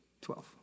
Twelve